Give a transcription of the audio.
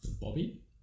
Bobby